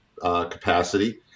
capacity